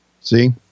See